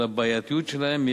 על הבעייתיות שלהן,